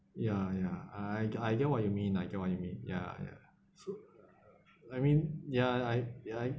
ya ya I I get what you mean I get what you mean ya ya so I mean ya I I